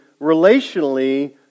relationally